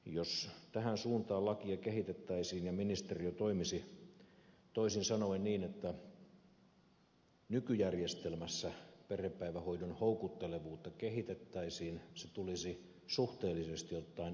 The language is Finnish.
jos tähän suuntaan lakia kehitettäisiin ja ministeriö toimisi toisin sanoen niin että nykyjärjestelmässä perhepäivähoidon houkuttelevuutta kehitettäisiin se tulisi suhteellisesti ottaen erinomaisen halvalla